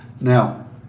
Now